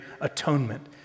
atonement